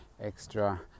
extra